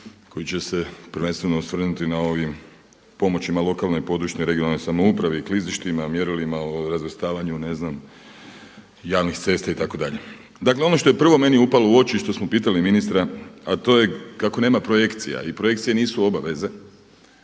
koji će se prvenstveno osvrnuti na ovim pomoćima lokalnoj, područnoj i regionalnoj samoupravi i klizištima, mjerilima o razvrstavanju ne znam javnih cesta itd. Dakle ono što je prvo meni upalo u oči i što smo pitali ministra a to je kako nema projekcija i projekcije nisu obaveze